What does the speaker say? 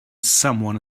someone